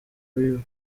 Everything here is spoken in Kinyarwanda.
baruwa